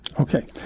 Okay